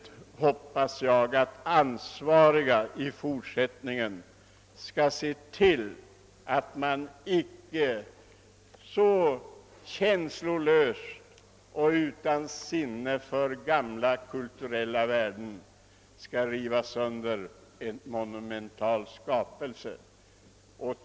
Jag hoppas också att de ansvariga i fortsättningen skall se till att man inte så känslolöst och utan sinne för gamla kulturella värden river sönder en monumental skapelse.